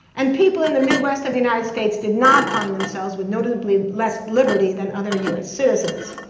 and people in the mid west of the united states did not find themselves with noticeably less liberty than other us citizens.